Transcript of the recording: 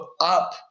up